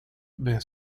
wer